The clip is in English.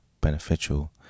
beneficial